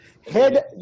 Head